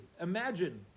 Imagine